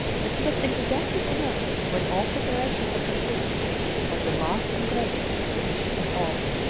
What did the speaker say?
but he was enthusiastic enough when all preparations were complete for the last and greatest expedition of all.